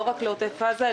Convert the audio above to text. לא רק לעוטף עזה,